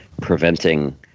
preventing